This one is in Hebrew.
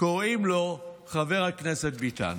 קוראים לו חבר הכנסת ביטן.